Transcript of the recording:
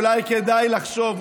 אולי כדאי לחשוב,